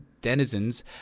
denizens